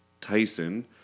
Tyson